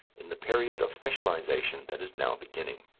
in the period of specialization that is now beginning.